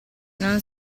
non